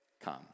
come